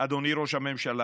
אדוני ראש הממשלה,